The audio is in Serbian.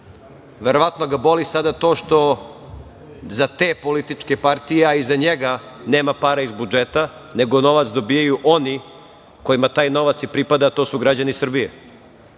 Verovatno ga boli sada to što za te političke partije, a i za njega nema para iz budžeta, nego novac dobijaju oni kojima taj novac i pripada, a to su građani Srbije.